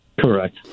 Correct